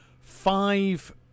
five